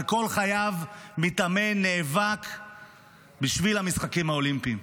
כל חייו מתאמן, נאבק בשביל המשחקים האולימפיים.